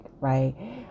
right